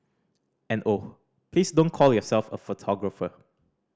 and oh please don't call yourself a photographer